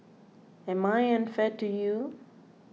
am I unfair to you